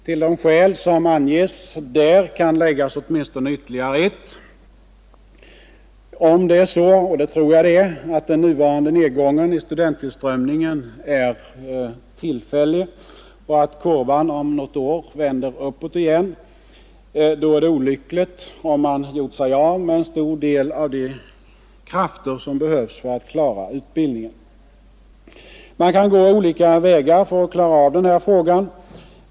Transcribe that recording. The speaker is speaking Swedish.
Till de skäl som anges där kan läggas åtminstone ytterligare ett. Om det är så — och det tror jag att det är — att den nuvarande nedgången i studenttillströmningen är tillfällig och att kurvan om något år vänder uppåt igen, är det olyckligt om man gjort sig av med en stor del av de krafter som behövs för att klara utbildningen. Man kan gå olika vägar för att klara av denna fråga.